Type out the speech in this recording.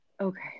Okay